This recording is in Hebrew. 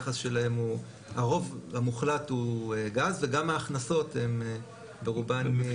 הרוב המוחלט הוא גז וגם ההכנסות הן ברובן מגז.